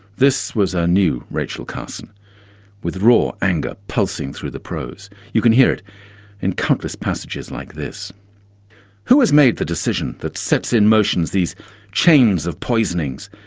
this was a new rachel carson with raw anger pulsing through the prose. you can hear it in countless passages like this who has made the decision that sets in motions these chains of poisonings,